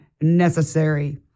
necessary